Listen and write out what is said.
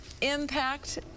impact